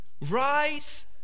Rise